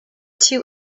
two